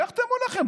שיחתמו לכם.